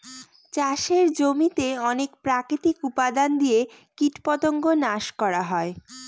চাষের জমিতে অনেক প্রাকৃতিক উপাদান দিয়ে কীটপতঙ্গ নাশ করা হয়